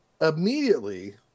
immediately